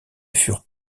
furent